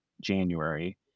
January